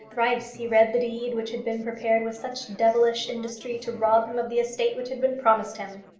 thrice he read the deed which had been prepared with such devilish industry to rob him of the estate which had been promised him!